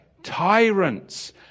Tyrants